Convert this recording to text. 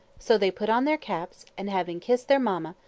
so they put on their caps, and having kissed their mamma,